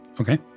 okay